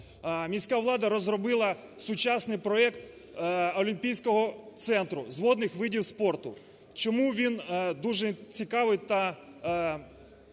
міська влада розробила сучасний проект олімпійського центру з водних видів спорту. Чому він дуже цікавий та